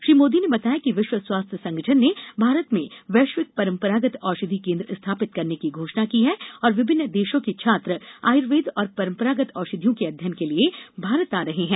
श्री मोदी ने बताया कि विश्व स्वास्थ्य संगठन ने भारत में वैश्विक परंपरागत औषधि केंद्र स्थापित करने की घोषणा की है और विभिन्न देशों के छात्र आयुर्वेद और परंपरागत औषधियों के अध्ययन के लिए भारत आ रहे हैं